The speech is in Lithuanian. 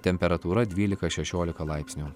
temperatūra dvylika šešiolika laipsnių